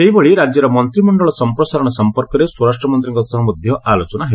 ସେହିଭଳି ରାଜ୍ୟରେ ମନ୍ତିମଣ୍ଡଳ ସମ୍ପ୍ରସାରଣ ସମ୍ପର୍କରେ ସ୍ୱରାଷ୍ଟ୍ରମନ୍ତ୍ରୀଙ୍କ ସହ ମଧ୍ୟ ଆଲୋଚନା ହେବ